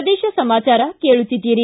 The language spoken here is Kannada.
ಪ್ರದೇಶ ಸಮಾಚಾರ ಕೇಳುತ್ತಿದ್ದೀರಿ